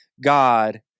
God